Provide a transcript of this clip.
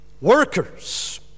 Workers